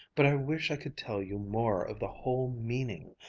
but i wish i could tell you more of the whole meaning.